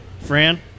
Fran